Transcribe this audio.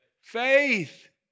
faith